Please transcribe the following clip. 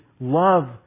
love